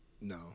No